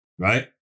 Right